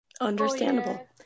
Understandable